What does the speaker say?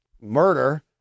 murder